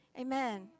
Amen